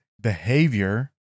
behavior